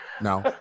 no